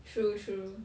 true true